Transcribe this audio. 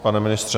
Pane ministře?